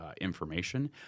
information